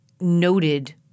noted